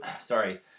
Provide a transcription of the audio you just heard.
sorry